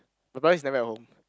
my brother is never at home